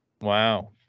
wow